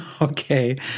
Okay